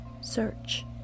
search